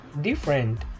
different